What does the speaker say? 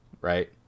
Right